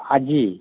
ଆଜି